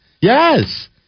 yes